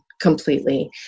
completely